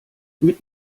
mit